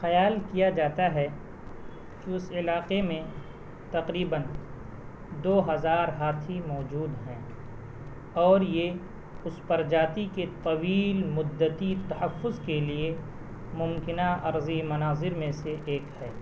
خیال کیا جاتا ہے کہ اس علاقے میں تقریباً دو ہزار ہاتھی موجود ہیں اور یہ اس پرجاتی کے طویل مدّتی تحفظ کے لیے ممکنہ ارضی مناظر میں سے ایک ہے